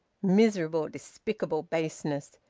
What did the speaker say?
miserable, despicable baseness!